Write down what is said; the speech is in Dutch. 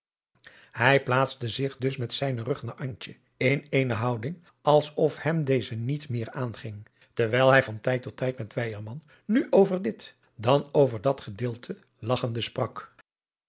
hij plaatste zich dus met zijnen rug naar antje in eene houding als of hem deze niet meer aanging terwijl hij van tijd tot tijd met weyerman nu over dit dan over dat gedeelte lagchende sprak